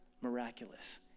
miraculous